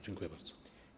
Dziękuję bardzo.